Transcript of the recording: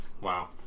Wow